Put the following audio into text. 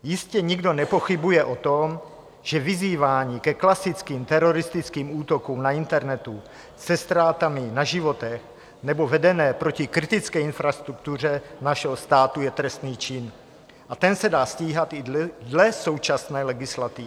Jistě nikdo nepochybuje o tom, že vyzývání ke klasickým teroristickým útokům na internetu se ztrátami na životech nebo vedené proti kritické infrastruktuře našeho státu je trestný čin, a ten se dá stíhat i dle současné legislativy.